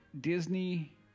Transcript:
Disney